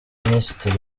minisitiri